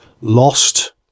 Lost